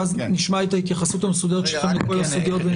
ואז נשמע את ההתייחסות המסודרת שלכם לכל הסוגיות.